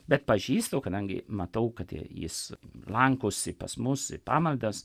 bet pažįstu kadangi matau kad jis lankosi pas mus į pamaldas